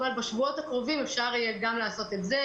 אבל בשבועות הקרובים אפשר יהיה גם לעשות את זה,